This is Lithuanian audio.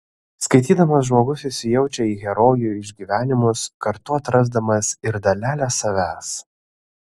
skaitydamas žmogus įsijaučia į herojų išgyvenimus kartu atrasdamas ir dalelę savęs